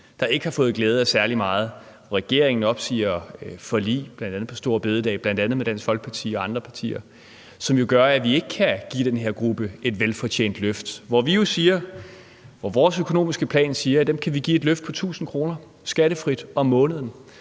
der ikke har fået glæde af særlig meget? Regeringen opsiger forliger, bl.a. om store bededag og bl.a. med Dansk Folkeparti og andre partier, som jo gør, at vi ikke kan give den her gruppe et velfortjent løft. Og vi siger jo i vores økonomiske plan, at vi kan give dem et løft på 1.000 kr. skattefrit om måneden.